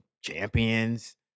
Champions